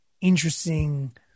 interesting